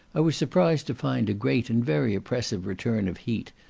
i was surprised to find a great and very oppressive return of heat,